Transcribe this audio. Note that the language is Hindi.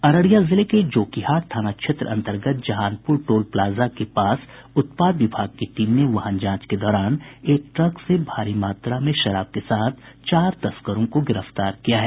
अररिया जिले के जोकीहाट थाना क्षेत्र अंतर्गत जहानपुर टोल प्लाजा के पास उत्पाद विभाग की टीम ने वाहन जांच के दौरान एक ट्रक से भारी मात्रा में शराब के साथ चार तस्करों को गिरफ्तार किया है